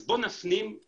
בואו נפנים את